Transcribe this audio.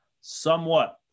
somewhat